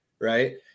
right